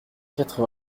quatre